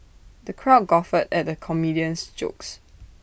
the crowd guffawed at the comedian's jokes